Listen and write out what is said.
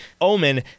Omen